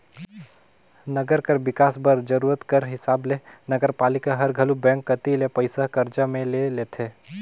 नंगर कर बिकास बर जरूरत कर हिसाब ले नगरपालिका हर घलो बेंक कती ले पइसा करजा में ले लेथे